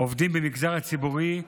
עובדים במגזר הציבורי,